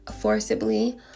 forcibly